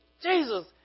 Jesus